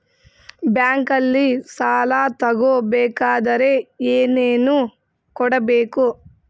ಬ್ಯಾಂಕಲ್ಲಿ ಸಾಲ ತಗೋ ಬೇಕಾದರೆ ಏನೇನು ಕೊಡಬೇಕು?